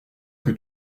que